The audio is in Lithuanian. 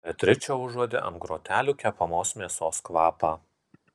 beatričė užuodė ant grotelių kepamos mėsos kvapą